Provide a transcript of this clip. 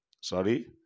sorry